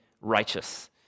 righteous